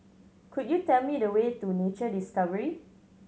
could you tell me the way to Nature Discovery